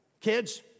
kids